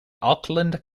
auckland